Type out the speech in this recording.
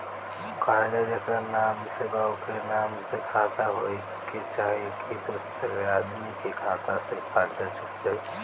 कर्जा जेकरा नाम से बा ओकरे नाम के खाता होए के चाही की दोस्रो आदमी के खाता से कर्जा चुक जाइ?